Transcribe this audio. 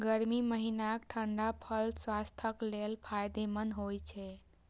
गर्मी महीनाक ठंढा फल स्वास्थ्यक लेल फायदेमंद होइ छै